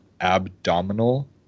abdominal